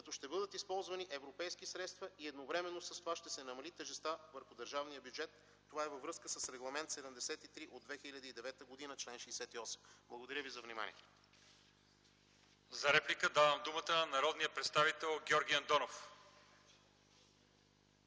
като ще бъдат използвани европейски средства и едновременно с това ще се намали тежестта върху държавния бюджет. Това е във връзка с Регламент № 73 от 2009 г., чл. 68. Благодаря ви за вниманието. ПРЕДСЕДАТЕЛ ЛЪЧЕЗАР ИВАНОВ: За реплика давам думата на народния представител Георги Андонов.